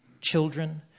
children